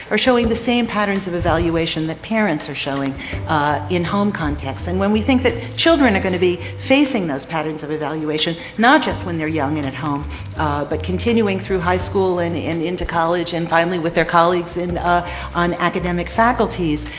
are showing the same patterns of evaluation that parents are showing in home contexts, and when we think that children are going to be facing those patterns of evaluation not just when they're young and at home but continuing through high school and into college, and finally with their colleagues ah on academic faculties,